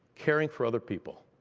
caring for other people.